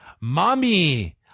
Mommy